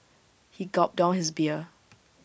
he gulped down his beer